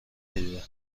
ندیده